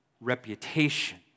reputation